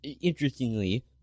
Interestingly